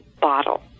bottle